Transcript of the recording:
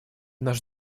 наш